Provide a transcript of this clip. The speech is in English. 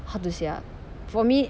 how to say ah for me